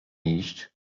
iść